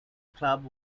club